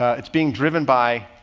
it's being driven by.